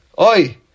Oi